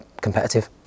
competitive